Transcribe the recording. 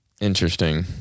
Interesting